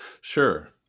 Sure